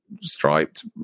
striped